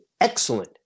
excellent